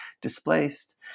displaced